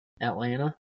Atlanta